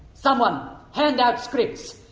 someone, hand out scripts.